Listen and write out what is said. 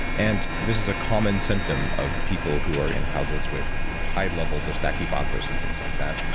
and this is a common symptom of people who are in houses with high levels of stachybotrys and things like that.